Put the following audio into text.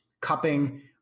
cupping